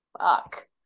fuck